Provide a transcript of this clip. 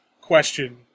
question